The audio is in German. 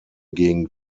gegen